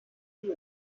room